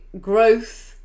growth